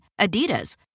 Adidas